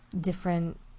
different